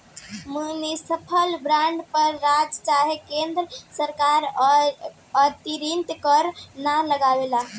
municipal bond पर राज्य चाहे केन्द्र सरकार अतिरिक्त कर ना लगावेला